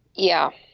yeah.